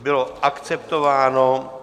Bylo akceptováno.